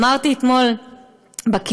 אמרתי אתמול בכינוס,